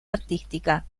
artística